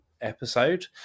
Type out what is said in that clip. episode